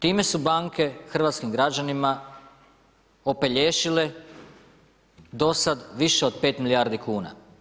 Time su banke hrvatskim građanima opelješile do sad više od 5 milijardi kuna.